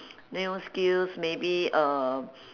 new skills maybe uh